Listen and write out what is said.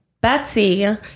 Betsy